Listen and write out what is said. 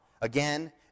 again